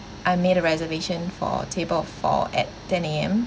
I've made a reservation for table of four at ten A_M